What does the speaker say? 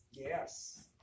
Yes